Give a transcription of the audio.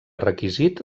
requisit